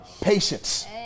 Patience